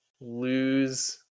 lose